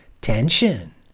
tension